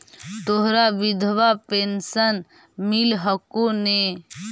तोहरा विधवा पेन्शन मिलहको ने?